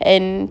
and